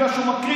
בגלל שהוא מקרין,